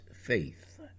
faith